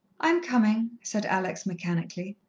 i'm coming, said alex mechanically.